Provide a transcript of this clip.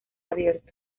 abierto